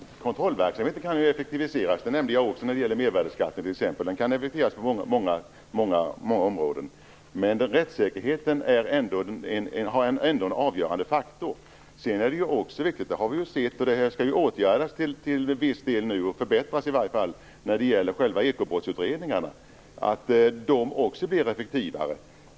Fru talman! Kontrollverksamheten kan effektiviseras. Det gäller också för mervärdesskatten - den kan effektiviseras på många sätt. Men rättssäkerheten är ändå en avgörande faktor. Det skall åtgärdas och förbättras i varje fall till viss del när det gäller själva ekobrottsutredningarna så att även de blir effektivare.